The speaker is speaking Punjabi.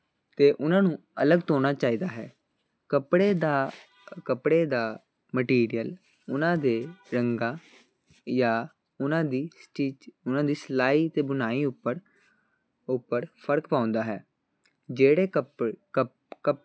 ਤਾਂ ਉਹਨਾਂ ਨੂੰ ਅਲੱਗ ਧੋਣਾ ਚਾਹੀਦਾ ਹੈ ਕੱਪੜੇ ਦਾ ਕੱਪੜੇ ਦਾ ਮਟੀਰੀਅਲ ਉਹਨਾਂ ਦੇ ਰੰਗਾਂ ਜਾਂ ਉਹਨਾਂ ਦੀ ਸਟਿਚ ਸਲਾਈ ਅਤੇ ਬੁਣਾਈ ਉੱਪਰ ਉੱਪਰ ਫਰਕ ਪਾਉਂਦਾ ਹੈ ਜਿਹੜੇ